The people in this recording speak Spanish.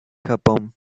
japón